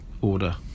order